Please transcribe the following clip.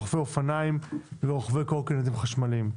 רוכבי אופניים ורוכבי קורקינטים חשמליים.